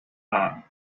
art